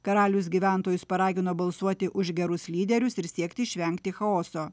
karalius gyventojus paragino balsuoti už gerus lyderius ir siekti išvengti chaoso